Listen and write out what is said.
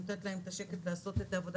אני נותנת לה את השקט לעשות את העבודה